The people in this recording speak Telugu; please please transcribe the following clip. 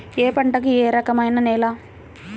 ఏ పంటకు ఏ రకమైన నేల?